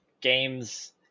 games